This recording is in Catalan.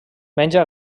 menja